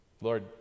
Lord